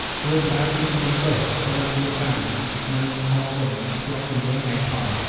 គួរប្រើពាក្យ "សូមទោស", "សូមអធ្យាស្រ័យ" និង "អរគុណ" ភ្ជាប់ជាមួយហេតុផល។